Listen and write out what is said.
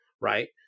right